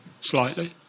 slightly